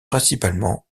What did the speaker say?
principalement